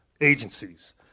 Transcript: agencies